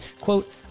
quote